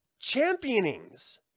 championings